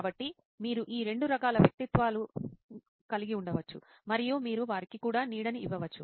కాబట్టి మీరు ఈ రెండు రకాల వ్యక్తిత్వాలు కలిగి ఉండవచ్చు మరియు మీరు వారికి కూడా నీడని ఇవ్వచ్చు